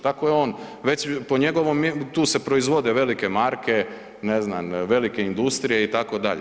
Tako je on, po njegovom tu se proizvode velike marke, ne znam, velike industrije itd.